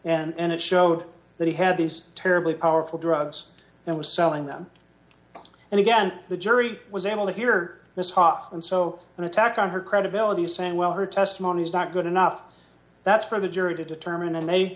intent and it showed that he had these terribly powerful drugs and was selling them and again the jury was able to hear this hoffman so an attack on her credibility saying well her testimony is not good enough that's for the jury to determine and they